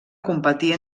competir